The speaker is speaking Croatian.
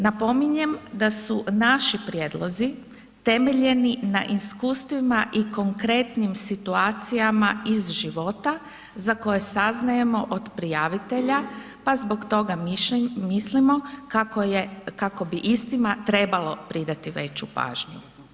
Napominjem da su naši prijedlozi temeljeni na iskustvima i konkretnim situacijama iz života, za koje saznajemo od prijavitelja pa zbog toga mislimo kako bi istima trebalo pridati veći pažnju.